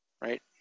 Right